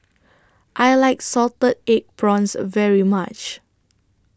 I like Salted Egg Prawns very much